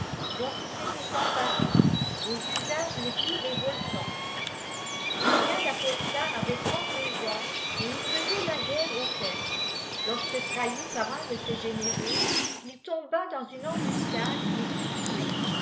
dont il s'était eïnparé aux usages les plus révoltants nistoirb des sorciers iftl julien tâpostat avait trente-deux ans et il faisait la guerre auxlperses lorsque trahi par un de ses géméraux il tomba dans une embuscade et fut tué